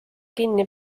kinni